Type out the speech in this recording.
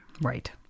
Right